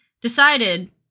decided